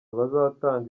bazatanga